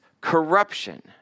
corruption